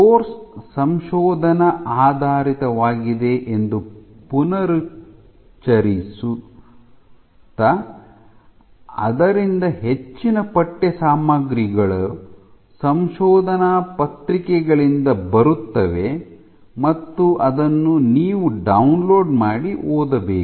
course ಸಂಶೋಧನಾ ಆಧಾರಿತವಾಗಿದೆ ಎಂದು ಪುನರುಚ್ಚರಿಸು ಆದ್ದರಿಂದ ಹೆಚ್ಚಿನ ಪಠ್ಯ ಸಾಮಗ್ರಿಗಳು ಸಂಶೋಧನಾ ಪತ್ರಿಕೆಗಳಿಂದ ಬರುತ್ತವೆ ಮತ್ತು ಅದನ್ನು ನೀವು ಡೌನ್ಲೋಡ್ ಮಾಡಿ ಓದಬೇಕು